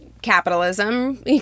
Capitalism